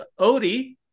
Odie